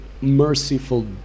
merciful